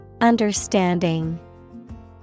Understanding